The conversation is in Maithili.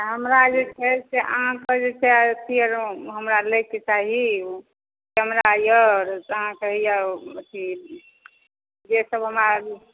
हमरा जे छै से अहाँके जे छै से लैके चाही कैमरा अइ अहाँके होइए अथी जे सब हमरा